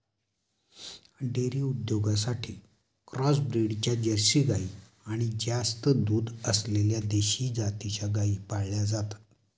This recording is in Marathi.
डेअरी उद्योगासाठी क्रॉस ब्रीडच्या जर्सी गाई आणि जास्त दूध असलेल्या देशी जातीच्या गायी पाळल्या जातात